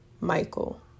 Michael